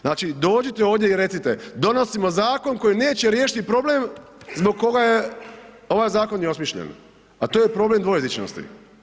Znači dođite ovdje i recite, donosimo zakon koji neće riješiti problem zbog koga je ovaj zakon i osmišljen a to je problem dvojezičnosti.